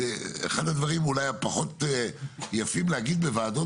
אחד הדברים אולי הפחות יפים להגיד בוועדות